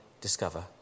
discover